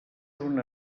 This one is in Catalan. una